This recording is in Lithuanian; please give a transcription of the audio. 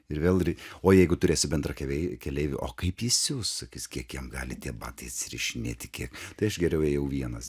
ir vėl ri o jeigu turėsi bendrakelei keleivį o kaip jis sius sakys kiek jam gali tie batai atsirišinėti kiek tai aš geriau ėjau vienas